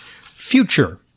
future